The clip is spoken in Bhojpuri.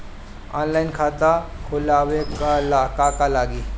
ऑनलाइन खाता खोलबाबे ला का का लागि?